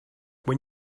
when